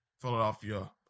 Philadelphia